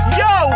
yo